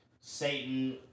Satan